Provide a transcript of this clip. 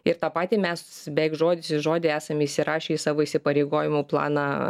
ir tą patį mes beveik žodis į žodį esam įsirašę į savo įsipareigojimų planą